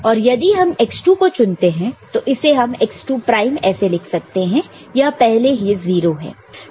और यदि हम x2 को चुनते हैं तो इसे हम x2 प्राइम ऐसे लिख सकते हैं यह पहले ही 0 है